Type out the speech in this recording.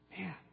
man